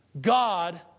God